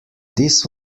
this